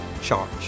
charge